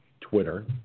Twitter